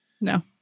No